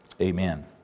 Amen